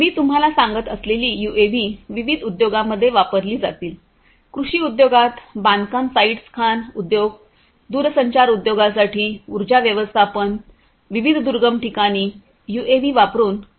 मी तुम्हाला सांगत असलेली यूएव्ही विविध उद्योगांमध्ये वापरली जातील कृषी उद्योगात बांधकाम साइट्स खाण उद्योग दूरसंचार उद्योगासाठी उर्जा व्यवस्थापन विविध दुर्गम ठिकाणी यूएव्ही वापरून कनेक्शन ऑफर केले जाऊ शकते